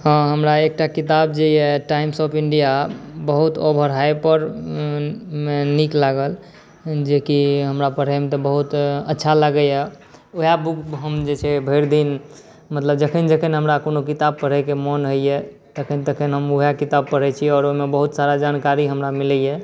हाँ हमरा एकटा किताब जे अइ टाइम्स ऑफ इण्डिया बहुत ओवर हाइपरमे नीक लागल जेकि हमरा पढ़ैमे तऽ बहुत अच्छा लागैए वएह बुक हम जे छै भरिदिन मतलब जखन जखन हमरा कोनो किताब पढ़ैके मोन होइए तखन तखन हम वएह किताब पढ़ै छी आओर ओहिमे बहुत सारा जानकारी हमरा मिलैए